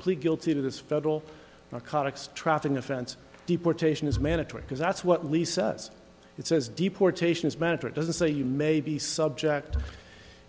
plead guilty to this federal narcotics trafficking offense deportation is mandatory because that's what lisa it says deportation is manager it doesn't say you may be subject